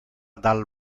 dal